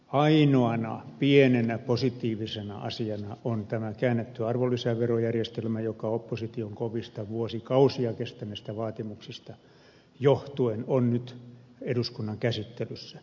ainoana pienenä positiivisena asiana on tämä käännetty arvonlisäverojärjestelmä joka opposition kovista vuosikausia kestäneestä vaatimuksesta johtuen on nyt eduskunnan käsittelyssä